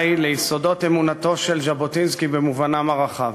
ליסודות אמונתו של ז'בוטינסקי במובנם הרחב.